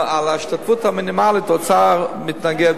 להשתתפות המינימלית האוצר מתנגד,